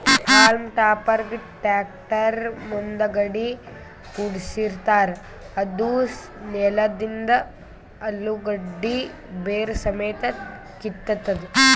haulm ಟಾಪರ್ಗ್ tractor ಮುಂದಗಡಿ ಕುಡ್ಸಿರತಾರ್ ಅದೂ ನೆಲದಂದ್ ಅಲುಗಡ್ಡಿ ಬೇರ್ ಸಮೇತ್ ಕಿತ್ತತದ್